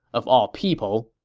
of all people,